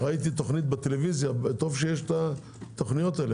ראיתי תוכנית בטלוויזיה טוב שיש התוכניות האלה